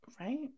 Right